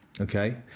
okay